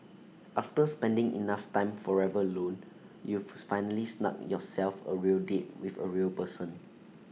after spending enough time forever alone you've finally snugged yourself A real date with A real person